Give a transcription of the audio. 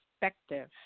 perspective